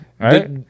right